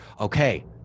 okay